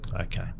Okay